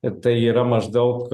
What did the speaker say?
ir tai yra maždaug